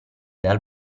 dal